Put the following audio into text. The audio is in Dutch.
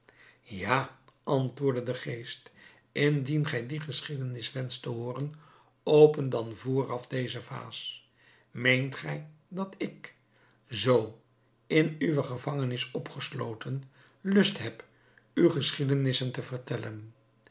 ja antwoordde de geest indien gij die geschiedenis wenscht te hooren open dan vooraf deze vaas meent gij dat ik zoo in uwe gevangenis opgesloten lust heb u geschiedenissen te vertellen